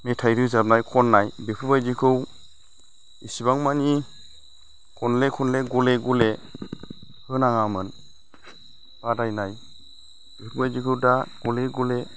मेथाइ रोजाबनाय खननाय बेफोरबायदिखौ इसेबां माने खनले खनले गले गले होनाङामो बादायनाय बेफोरबायदिखौ दा गले गले